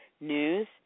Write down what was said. news